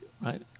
right